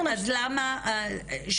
אנחנו מבקשות --- אז למה, שנייה,